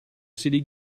city